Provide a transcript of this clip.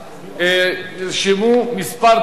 נרשמו כמה דוברים.